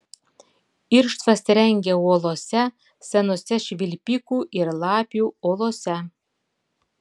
irštvas rengia uolose senose švilpikų ir lapių olose